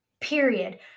period